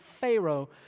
Pharaoh